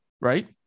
right